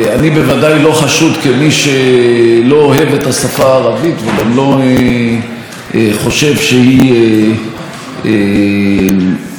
או לא חושב שהיא שפה שמבטאת תרבות עשירה וכדומה.